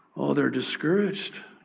oh, they're discouraged.